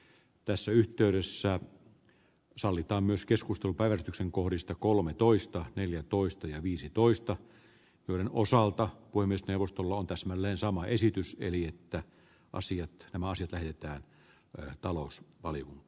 tässä yhteydessä sallitaan myös keskustelu päätöksen kohdista kolmetoista neljätoista ja viisitoista joiden osalta voimistelu tul on täsmälleen sama esitys kielii että asiat ja maasilta ylittää rajat talous oli